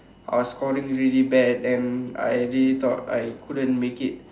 I was scoring really bad then I really thought I couldn't make it